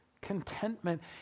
contentment